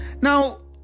Now